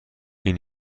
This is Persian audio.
این